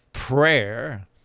prayer